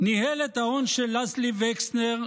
ניהל את ההון של לסלי וקסנר,